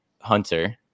Hunter